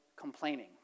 complaining